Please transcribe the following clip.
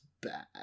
bad